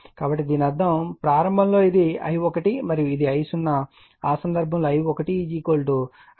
కాబట్టి దీని అర్థం ప్రారంభంలో ఇది I1 మరియు ఇది I0 ఆ సందర్భంలో I1 I0 I2